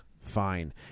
fine